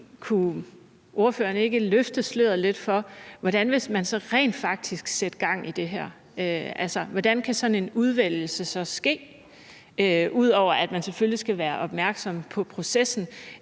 kunne ordføreren ikke løfte sløret lidt for, hvordan man så rent faktisk vil sætte gang i det her? Altså, hvordan kan sådan en udvælgelse ske, ud over at man selvfølgelig skal være opmærksom på processen?